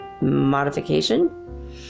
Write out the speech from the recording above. modification